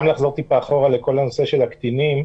לחזור טיפה אחורה לכל הנושא של הקטינים.